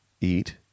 eat